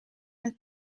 het